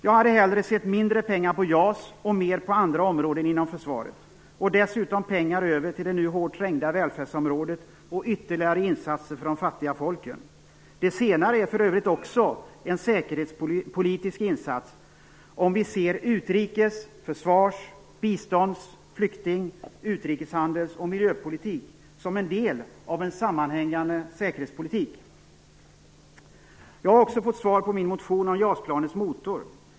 Jag hade hellre sett mindre pengar på JAS och mer på andra områden inom försvaret, och dessutom pengar över till det nu hårt trängda välfärdsområdet och ytterligare insatser för de fattiga folken. Det senare är för övrigt också en säkerhetspolitisk insats om vi ser utrikes-, försvars-, bistånds-, flykting-, utrikeshandels och miljöpolitiken som delar av en sammanhängande säkerhetspolitik. Jag har också fått svar på min motion om JAS planets motor.